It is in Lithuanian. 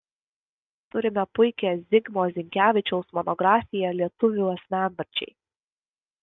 turime puikią zigmo zinkevičiaus monografiją lietuvių asmenvardžiai